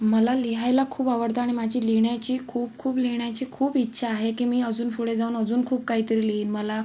मला लिहायला खूप आवडतं आणि माझी लिहिण्याची खूप खूप लिहिण्याची खूप इच्छा आहे की मी अजून पुढे जाऊन अजून खूप काहीतरी लिहीन मला